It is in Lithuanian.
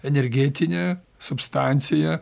energetinę substanciją